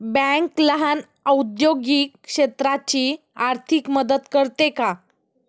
Bank लहान औद्योगिक क्षेत्राची आर्थिक मदत करते का?